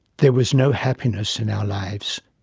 there was no happiness in our lives.